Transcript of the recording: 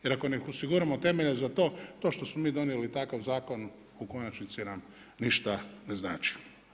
Jer ako ne osiguramo temelje za to, to što smo mi donijeli takav zakon u konačnici nam ništa ne znači.